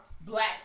black